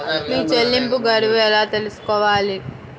నా చెల్లింపు గడువు ఎలా తెలుసుకోవాలి?